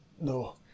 No